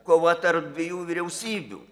kova tarp dviejų vyriausybių